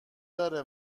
داره